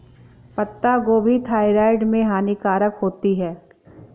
पत्ता गोभी थायराइड में हानिकारक होती है